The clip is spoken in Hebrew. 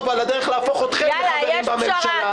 ועל הדרך להפוך אתכם לחברים בממשלה.